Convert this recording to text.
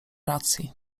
racji